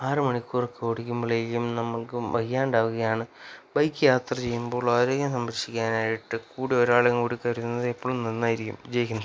ആറ് മണിക്കൂർ ഒക്കെ ഓടിക്കുമ്പോളേക്കും നമുക്കും വയ്യാണ്ട് ആകുകയാണ് ബൈക്ക് യാത്ര ചെയ്യുമ്പോൾ ആരോഗ്യം സംരക്ഷിക്കാനായിട്ട് കൂടെ ഒരാളെയും കൂടി കരുതുന്നത് എപ്പോളും നന്നായിരിക്കും ജയ് ഹിന്ദ്